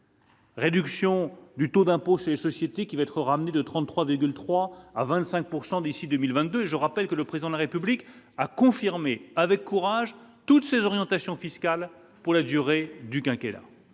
Réduction du taux d'impôt, ces sociétés qui va être ramené de 33 véhicules 3 à 25 pourcent d'ici 2022, je rappelle que le président de la République a confirmé avec courage toutes ces orientations fiscales pour la durée du quinquennat